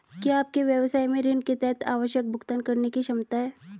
क्या आपके व्यवसाय में ऋण के तहत आवश्यक भुगतान करने की क्षमता है?